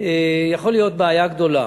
יכולה להיות בעיה גדולה,